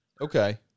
Okay